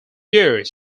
years